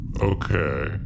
Okay